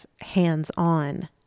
hands-on